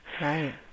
Right